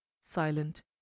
silent